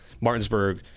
Martinsburg